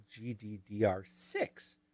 gddr6